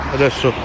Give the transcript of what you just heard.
adesso